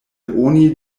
oni